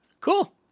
cool